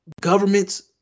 governments